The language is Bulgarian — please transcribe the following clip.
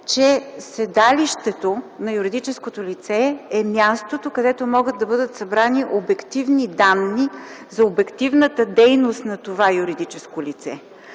че седалището на юридическото лице е мястото, където могат да бъдат събрани данни за обективната дейност на това юридическо лице,